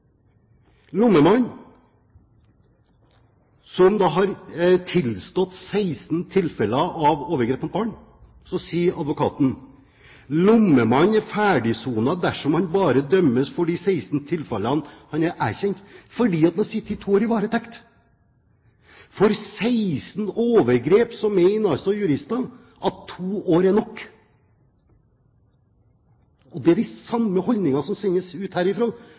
det gjelder lommemannen, som har tilstått 16 tilfeller av overgrep mot barn, sier advokaten: Lommemannen er ferdigsonet dersom han bare dømmes for de 16 tilfellene han har erkjent, fordi han har sittet to år i varetekt. For 16 overgrep mener altså jurister at to år er nok! Det er de samme holdningene som sendes ut